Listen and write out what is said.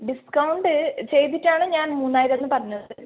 discount ചെയ്തിട്ടാണ് ഞാൻ മൂന്നായിരംന്ന് പറഞ്ഞത്